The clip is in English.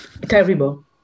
terrible